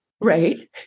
Right